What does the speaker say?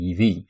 EV